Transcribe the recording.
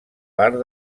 part